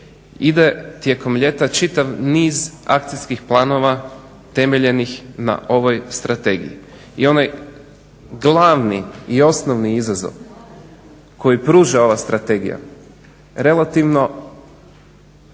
Ide tijekom ljeta čitav niz akcijskih planova utemeljenih na ovoj strategiji i onaj glavni i osnovni izazov koji pruža ova strategija relativno